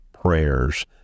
prayers